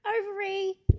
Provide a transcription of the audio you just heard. Ovary